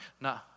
No